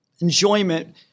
Enjoyment